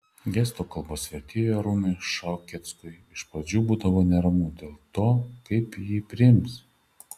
gestų kalbos vertėjui arūnui šaukeckui iš pradžių būdavo neramu dėl to kaip jį priims